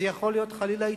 זה יכול להיות חלילה עיתונאי,